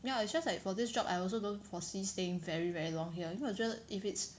ya it's just like for this job I also don't foresee staying very very long here 因为我觉得 if it's